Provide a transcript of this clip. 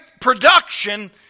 production